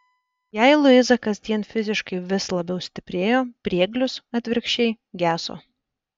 jei luiza kasdien fiziškai vis labiau stiprėjo prieglius atvirkščiai geso